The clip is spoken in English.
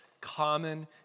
common